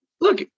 look